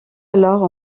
alors